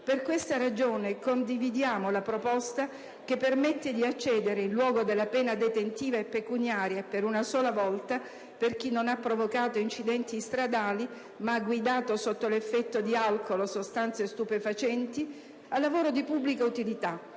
Per questa ragione, condividiamo la proposta che permette di accedere, in luogo della pena detentiva e pecuniaria, per una sola volta, per chi non ha provocato incidenti stradali, ma ha guidato sotto l'effetto di alcol o sostanze stupefacenti, al lavoro di pubblica utilità